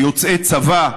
כיוצאי צבא,